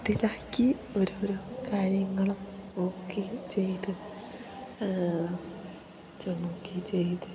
അതിലാക്കി ഓരോരോ കാര്യങ്ങളും നോക്കി ചെയ്ത് നോക്കി ചെയ്ത്